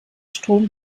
strom